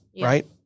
right